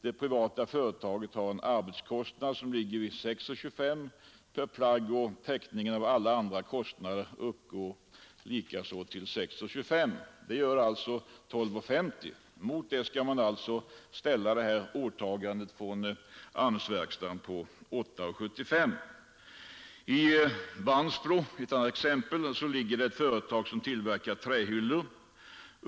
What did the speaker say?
Det privata företaget har en arbetskostnad som ligger vid 6:25 kronor per plagg, och täckningen av alla andra kostnader uppgår likaså till 6:25 kronor, vilket alltså tillsammans blir 12:50 kronor. Mot detta skall man då ställa åtagandet från AMS-verkstaden på 8:75 kronor. I Vansbro ligger ett annat företag, som bl.a. tillverkar trähyllor.